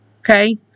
Okay